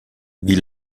wie